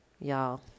Y'all